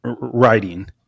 writing